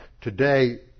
today